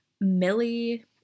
Millie